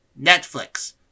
Netflix